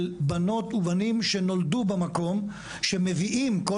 של בנות ובנים שנולדו במקום שמביאים כל